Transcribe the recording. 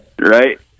Right